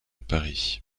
paris